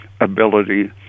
ability